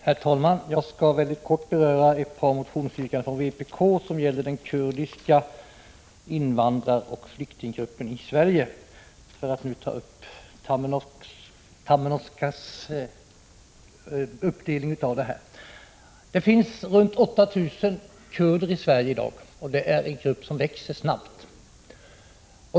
Herr talman! Jag skall mycket kort beröra ett par motionsyrkanden från vpk som gäller den kurdiska invandraroch flyktinggruppen i Sverige — för att nu tillämpa Erkki Tammenoksas uppdelning. Det finns omkring 8 000 kurder i Sverige i dag, och det är en grupp som växer snabbt.